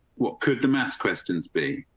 what could them ask questions be?